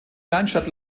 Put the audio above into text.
kleinstadt